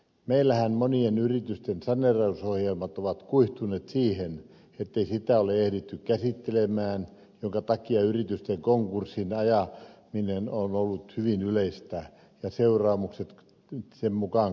meillähän monien yritysten saneerausohjelmat ovat kuihtuneet siihen ettei niitä ole ehditty käsittelemään minkä takia yritysten konkurssiin ajaminen on ollut hyvin yleistä ja seuraamukset sen mukaan kohtuuttomia yrittäjälle